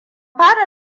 fara